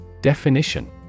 Definition